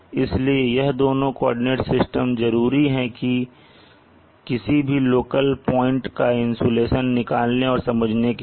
इसलिए यह दोनों कोऑर्डिनेट सिस्टम जरूरी है किसी भी लोकल पॉइंट का इंसुलेशन निकालने और समझने के लिए